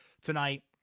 tonight